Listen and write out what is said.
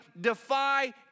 defy